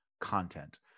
content